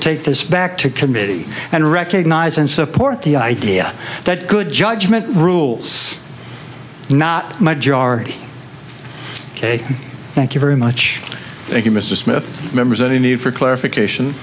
take this back to committee and recognize and support the idea that good judgment rules not majority ok thank you very much thank you mr smith members only need for clarification